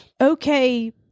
okay